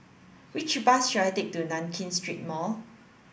which bus should I take to Nankin Street Mall